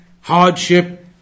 hardship